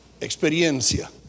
experiencia